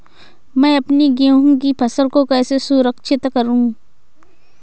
मैं अपनी गेहूँ की फसल को कैसे सुरक्षित करूँ?